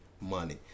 money